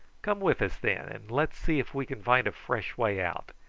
come with us, then, and let's see if we can find a fresh way out.